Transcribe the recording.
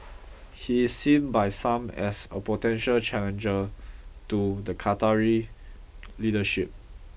he is seen by some as a potential challenger to the Qatari leadership